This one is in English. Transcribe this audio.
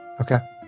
Okay